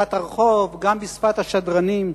בשפת הרחוב, גם בשפת השדרנים.